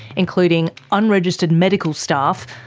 including unregistered medical staff,